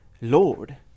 Lord